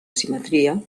simetria